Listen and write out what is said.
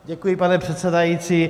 Děkuji, pane předsedající.